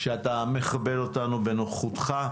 שאתה מכבד אותנו בנוכחותך.